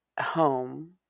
home